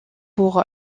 pour